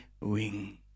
wing